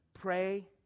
pray